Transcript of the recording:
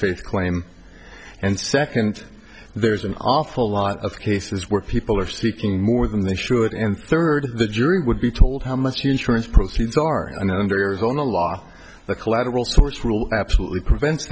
faith claim and second there's an awful lot of cases where people are speaking more than they should and third the jury would be told how much insurance proceeds are going on under your own a law the collateral source rule absolutely prevent